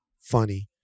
funny